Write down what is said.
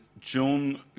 John